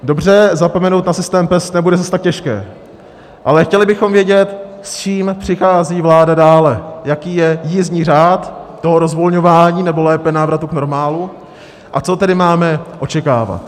Dobře, zapomenout na systém PES nebude zas tak těžké, ale chtěli bychom vědět, s čím přichází vláda dále, jaký je jízdní řád rozvolňování nebo lépe návratu k normálu, a co tedy máme očekávat.